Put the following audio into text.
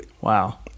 wow